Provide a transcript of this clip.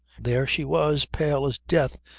there she was, pale as death,